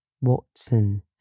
Watson